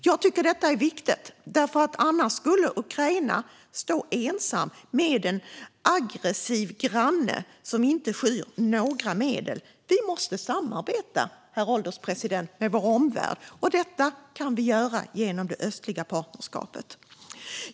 Jag tycker att detta är viktigt, för annars skulle Ukraina stå ensamt med en aggressiv granne som inte skyr några medel. Vi måste samarbeta med vår omvärld, herr ålderspresident, och det kan vi göra genom det östliga partnerskapet.